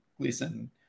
Gleason